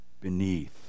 beneath